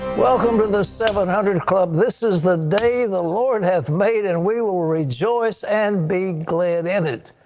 welcome to the seven hundred club. this is the day the lord has made. and we will rejoice and be glad in it.